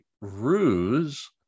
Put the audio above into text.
ruse